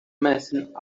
messing